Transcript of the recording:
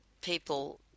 people